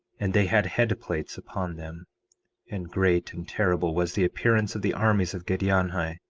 and they had head-plates upon them and great and terrible was the appearance of the armies of giddianhi,